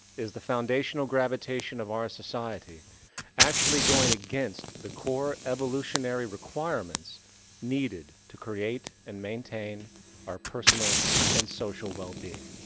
is the foundational gravitation of our society actually going against the core evolutionary requirements needed to create and maintain our personal and social well-being?